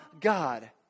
God